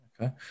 Okay